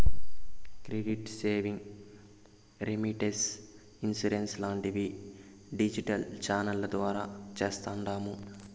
credit savings, remittance, insurance లాంటివి digital ఛానెల్ల ద్వారా చేస్తాండాము